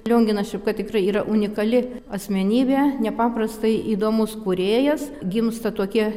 lionginas šepka tikrai yra unikali asmenybė nepaprastai įdomus kūrėjas gimsta tokie